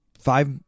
five